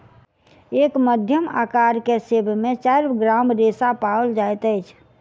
एक मध्यम अकार के सेब में चाइर ग्राम रेशा पाओल जाइत अछि